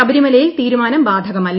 ശബരിമലയിൽ തീരുമാനം ബാധകമല്ല